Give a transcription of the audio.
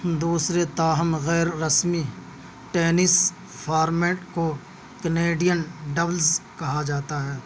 دوسرے تاہم غیر رسمی ٹینس فارمیٹ کو کنیڈین ڈبلس کہا جاتا ہے